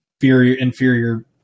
inferior